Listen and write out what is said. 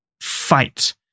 fight